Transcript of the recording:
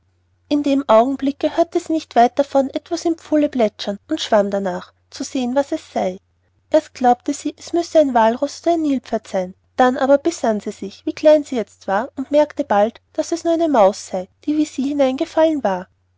in dem augenblicke hörte sie nicht weit davon etwas in dem pfuhle plätschern und sie schwamm danach zu sehen was es sei erst glaubte sie es müsse ein wallroß oder ein nilpferd sein dann aber besann sie sich wie klein sie jetzt war und merkte bald daß es nur eine maus sei die wie sie hineingefallen war